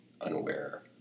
unaware